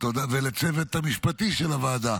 תודה לצוות המשפטי של הוועדה